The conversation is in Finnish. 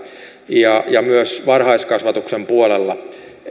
ja ja myös varhaiskasvatuksen puolella